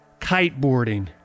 kiteboarding